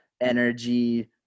energy